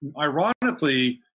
Ironically